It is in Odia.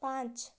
ପାଞ୍ଚ